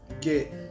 get